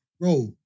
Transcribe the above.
bro